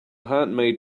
handmade